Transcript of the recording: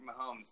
Mahomes